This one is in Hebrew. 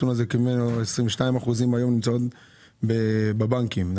בערך 22% נמצאים בבנקים.